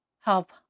Help